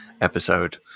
episode